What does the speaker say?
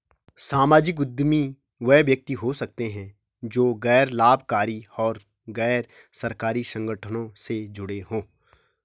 सामाजिक उद्यमी वे व्यक्ति हो सकते हैं जो गैर लाभकारी और गैर सरकारी संगठनों से जुड़े हों